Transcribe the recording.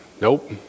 Nope